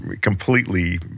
completely